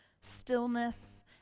stillness